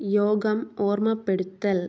യോഗം ഓർമ്മപ്പെടുത്തൽ